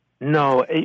No